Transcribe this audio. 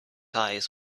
eyes